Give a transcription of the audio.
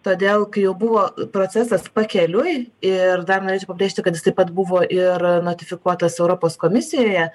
todėl kai jau buvo procesas pakeliui ir dar norėčiau pabrėžti kad jis taip pat buvo ir notifikuotas europos komisijoje